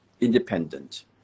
independent